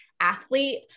athlete